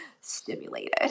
stimulated